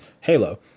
Halo